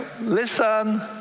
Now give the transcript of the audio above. listen